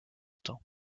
temps